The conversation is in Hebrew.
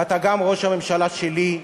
ואתה גם ראש הממשלה שלי,